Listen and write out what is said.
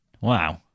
Wow